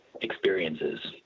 experiences